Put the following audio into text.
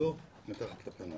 לא מתחת לפנס.